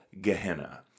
Gehenna